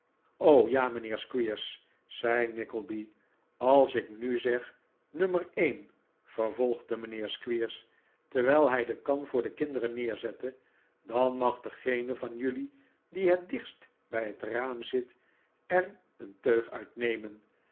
ja mijnheer squeers zei nickleby als ik nu zeg nummer een vervolgde mijnheer squeers terwijl hij de kan voor de kinderen neerzette dan mag degene van jullie die het dichtst bij het raam zit er een teug